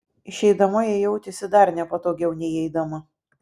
išeidama ji jautėsi dar nepatogiau nei įeidama